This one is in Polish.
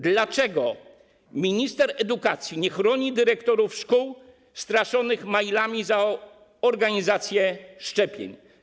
Dlaczego minister edukacji nie chroni dyrektorów szkół straszonych mailami za organizację szczepień?